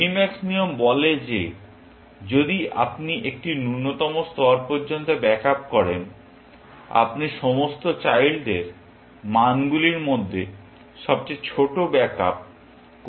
minimax নিয়ম বলে যে যদি আপনি একটি ন্যূনতম স্তর পর্যন্ত ব্যাক আপ করেন আপনি সমস্ত চাইল্ডদের মানগুলির মধ্যে সবচেয়ে ছোট ব্যাক আপ করছেন